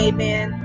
Amen